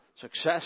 success